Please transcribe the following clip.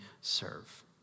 serve